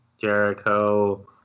Jericho